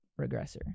regressor